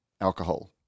alcohol